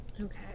Okay